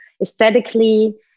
aesthetically